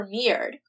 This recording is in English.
premiered